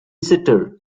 sitter